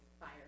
Fire